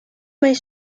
mijn